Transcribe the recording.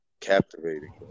captivating